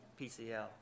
PCL